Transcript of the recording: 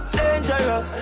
dangerous